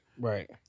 Right